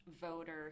voter